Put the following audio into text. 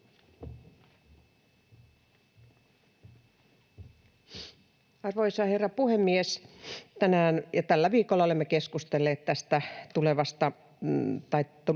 Arvoisa herra puhemies! Tänään ja tällä viikolla olemme keskustelleet tästä talousarviosta